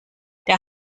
der